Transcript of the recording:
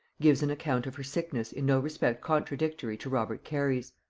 gives an account of her sickness in no respect contradictory to robert cary's.